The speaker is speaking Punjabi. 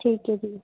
ਠੀਕ ਹੈ ਜੀ